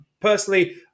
Personally